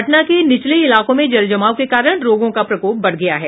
पटना के निचले इलाकों में जलजमाव के कारण रोगों का प्रकोप बढ़ गया है